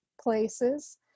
places